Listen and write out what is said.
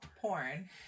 porn